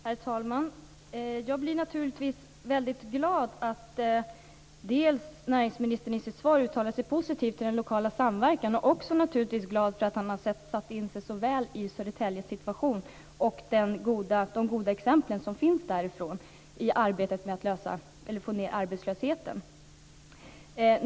Herr talman! Jag är naturligtvis glad att näringsministern dels i sitt svar uttalar sig positivt till den lokala samverkan, dels så väl har satt sig in i situationen för Södertälje och de goda exempel som finns för att få ned arbetslösheten.